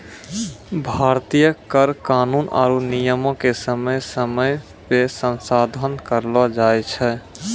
भारतीय कर कानून आरु नियमो के समय समय पे संसोधन करलो जाय छै